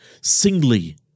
Singly